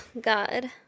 God